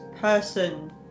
person